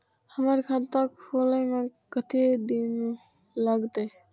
हमर खाता खोले में कतेक दिन लगते?